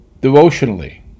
devotionally